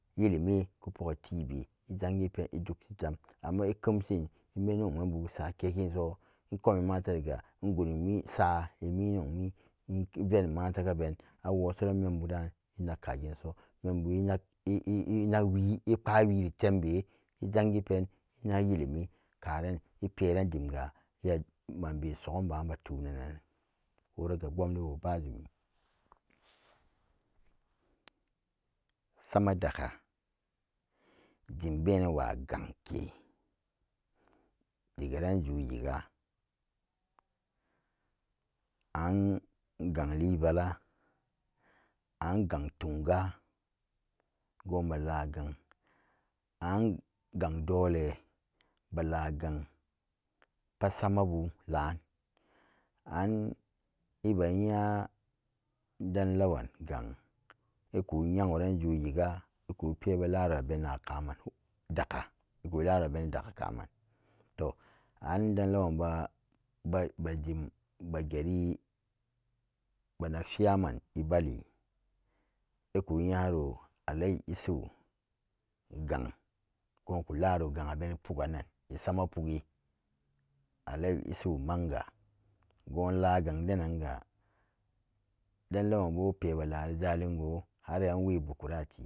Illimi ku pogi tii be ejangi pen edug shi jam amma ekemshim emennongmen bu sa kekinso ekomi makarantariga egot saa eminongmi eveduk makaranta kaben awosoran membu da'an enagka geenso mem enak enak wii epbawiri tembe ejongi pen enak illimi karan eperen dimga iya manbe sogkum baan ba tunanan woraga kebumliwo bazumi sama dakka jim benan wa gangke dagarum zoyiga an gang ilibala an gang tunga go'on balingang an gang dole bala gang pat samabu la'an en eba iya dan lawan gang iku nyengo zo yiga iku pebalaro aben na kaman dakka iku laro abeni dakka kaman to an dan lawan baa, ba-bardim bageri banag chiman bali eku nyaro alaji isuhu gang go'on ku laro gang abeni poggan nan esama pukgi alaji isuhu manga go'on la gang denanga don lawan bo pebalari jalingo har an we bukurati.